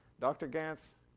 dr. ganz?